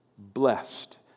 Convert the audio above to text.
Blessed